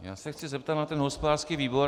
Já se chci zeptat na ten hospodářský výbor.